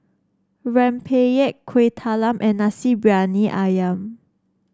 Rempeyek Kueh Talam and Nasi Briyani ayam